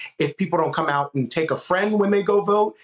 if people don't come out and take a friend when they go vote,